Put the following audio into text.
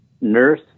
nurse